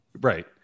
Right